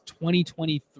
2023